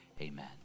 Amen